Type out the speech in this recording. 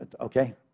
Okay